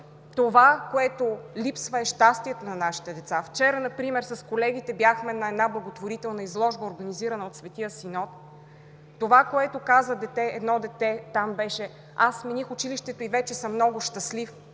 това, което липсва, е щастието на нашите деца. Вчера например с колегите бяхме на една благотворителна изложба, организирана от Светия Синод. Това, което каза едно дете там, беше: „Аз смених училището и вече съм много щастлив.